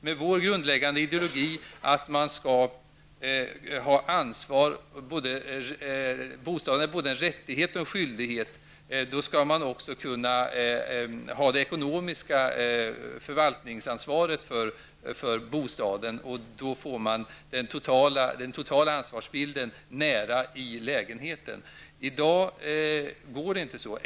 Med vår grundläggande ideologi att man skall ta ansvar för sitt boende, vilket innebär både rättigheter och skyldigheter, så tycker vi att man också skall kunna ha det ekonomiska förvaltningsansvaret för bostaden. Därmed ligger det totala ansvaret ''nära'' lägenheten. I dag är det inte så.